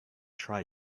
try